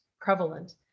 prevalent